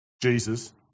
Jesus